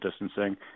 distancing